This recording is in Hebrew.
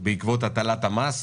בעקבות הטלת המס.